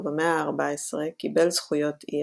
ובמאה ה-14 קיבל זכויות עיר.